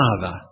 Father